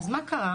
אז מה קרה?